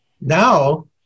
Now